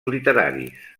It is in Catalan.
literaris